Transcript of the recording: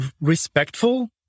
respectful